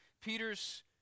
Peter's